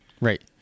Right